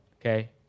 okay